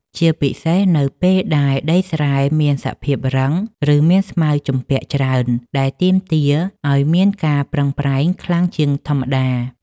ជាពិសេសនៅពេលដែលដីស្រែមានសភាពរឹង ឬមានស្មៅជំពាក់ច្រើនដែលទាមទារឱ្យមានការប្រឹងប្រែងខ្លាំងជាងធម្មតា។